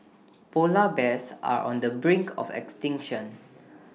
Polar Bears are on the brink of extinction